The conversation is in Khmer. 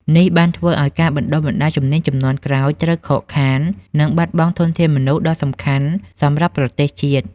នេះបានធ្វើឱ្យការបណ្ដុះបណ្ដាលអ្នកជំនាញជំនាន់ក្រោយត្រូវខកខាន និងបាត់បង់ធនធានមនុស្សដ៏សំខាន់សម្រាប់ប្រទេសជាតិ។